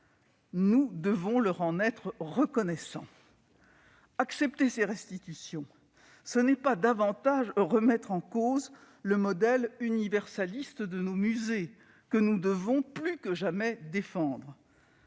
Nous devons leur en être reconnaissants. Accepter ces restitutions, ce n'est pas davantage remettre en cause le modèle universaliste de nos musées, que nous devons plus que jamais défendre.